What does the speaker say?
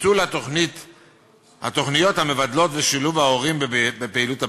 ביטול התוכניות המבדלות ושילוב ההורים בפעילות הבית-ספרית.